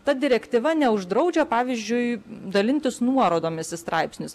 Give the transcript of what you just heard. ta direktyva neuždraudžia pavyzdžiui dalintis nuorodomis į straipsnius